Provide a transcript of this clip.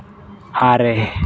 ᱟᱨᱮ